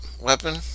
weapon